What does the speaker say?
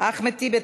אחמד טיבי.